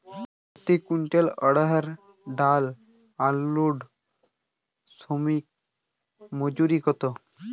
প্রতি কুইন্টল অড়হর ডাল আনলোডে শ্রমিক মজুরি কত?